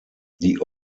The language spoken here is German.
die